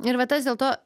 ir va tas dėl to